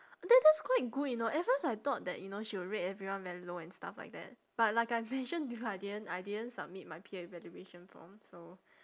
that that's quite good you know at first I thought that you know she will rate everyone very low and stuff like that but like I mention because I didn't I didn't submit my peer evaluation form so